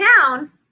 town